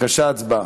בבקשה, הצבעה.